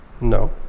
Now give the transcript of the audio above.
No